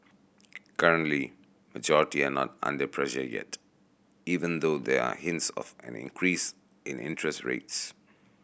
currently majority are not under pressure yet even though there are hints of an increase in interest rates